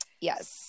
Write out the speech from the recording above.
Yes